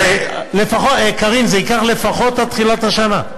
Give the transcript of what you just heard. אז, קארין, זה ייקח לפחות עד תחילת השנה.